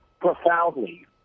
profoundly